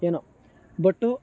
ಏನು ಬಟ್ಟು